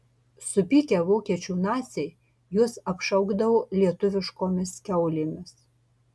supykę vokiečių naciai juos apšaukdavo lietuviškomis kiaulėmis